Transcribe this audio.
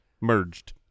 merged